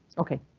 ok?